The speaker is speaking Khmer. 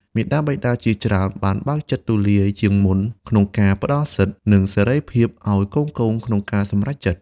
មាតាបិតាជាច្រើនបានបើកចិត្តទូលាយជាងមុនក្នុងការផ្ដល់សិទ្ធិ និងសេរីភាពឱ្យកូនៗក្នុងការសម្រេចចិត្ត។